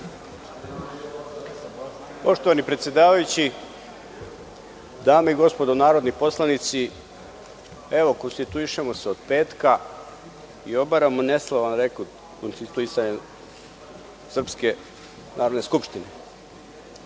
Poštovani predsedavajući, dame i gospodo narodni poslanici, evo konstituišemo se od petka i obaramo neslavan rekord konstituisanja srpske Narodne skupštine. Razlog